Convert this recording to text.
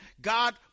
God